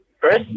Chris